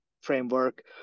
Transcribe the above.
framework